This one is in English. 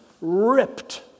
ripped